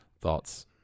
Thoughts